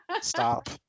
stop